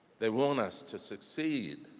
they want us to succeed,